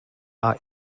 are